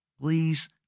Please